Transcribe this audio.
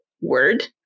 word